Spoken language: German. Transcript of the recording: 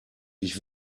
ich